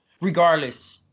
regardless